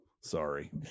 Sorry